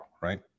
right